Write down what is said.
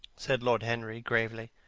said lord henry, gravely.